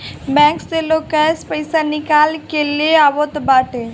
bank से लोग cash पईसा निकाल के ले आवत बाटे